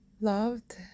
loved